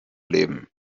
leben